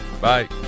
bye